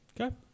Okay